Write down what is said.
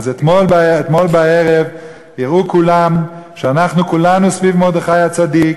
אז אתמול בערב הראו כולם שאנחנו כולנו סביב מרדכי הצדיק,